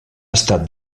estat